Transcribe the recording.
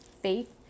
faith